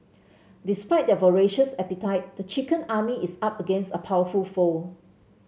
despite their voracious appetite the chicken army is up against a powerful foe